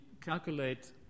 calculate